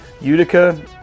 Utica